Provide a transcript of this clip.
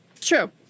True